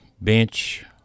bench